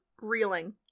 reeling